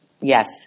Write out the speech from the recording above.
Yes